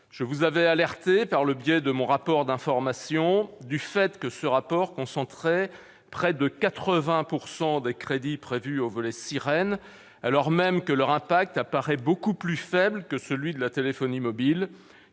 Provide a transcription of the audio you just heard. Je vous avais alerté, par le biais de mon rapport d'information, sur le fait que ce projet concentrait près de 80 % des crédits prévus au volet « sirènes », alors même que son impact apparaît bien plus faible que celui de la téléphonie mobile,